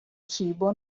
cibo